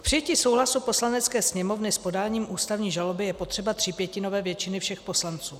K přijetí souhlasu Poslanecké sněmovny s podáním ústavní žaloby je potřeba třípětinové většiny všech poslanců.